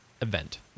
Event